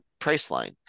Priceline